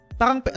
parang